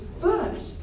first